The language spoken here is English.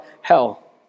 hell